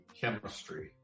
chemistry